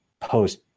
post